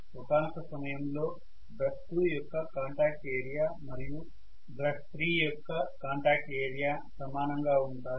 ఒకానొక సమయంలో బ్రష్ 2 యొక్క కాంటాక్ట్ ఏరియా మరియు బ్రష్ 3 యొక్క కాంటాక్ట్ ఏరియా సమానంగా ఉంటాయి